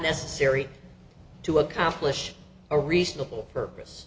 necessary to accomplish a reasonable purpose